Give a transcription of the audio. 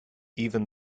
even